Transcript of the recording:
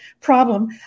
problem